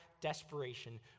desperation